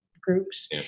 groups